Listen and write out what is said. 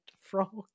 frog